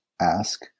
ask